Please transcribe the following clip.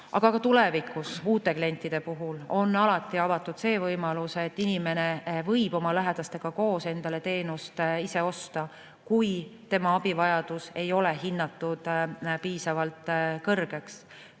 ka tulevikus uute klientide puhul on alati avatud see võimalus, et inimene võib oma lähedastega koos endale teenust ise osta, kui tema abivajadus ei ole hinnatud piisavalt suureks.